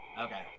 Okay